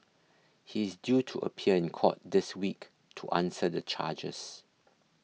he is due to appear in court this week to answer the charges